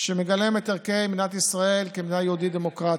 שמגלם את ערכי מדינת ישראל כמדינה יהודית דמוקרטית,